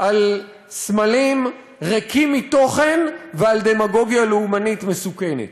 על סמלים ריקים מתוכן ועל דמגוגיה לאומנית מסוכנת?